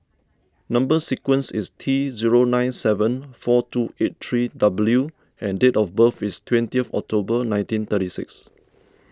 Number Sequence is T zero nine seven four two eight three W and date of birth is twenty of October nineteen thirty six